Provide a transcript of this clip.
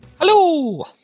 Hello